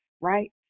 Right